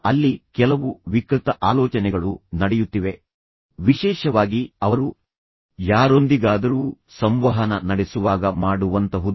ಅಲ್ಲಿ ಕೆಲವು ವಿಕೃತ ಆಲೋಚನೆಗಳು ನಡೆಯುತ್ತಿವೆ ವಿಶೇಷವಾಗಿ ಅವರು ಯಾರೊಂದಿಗಾದರೂ ಸಂವಹನ ನಡೆಸುವಾಗ ಮಾಡುವಂತಹುದು